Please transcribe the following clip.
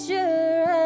Sure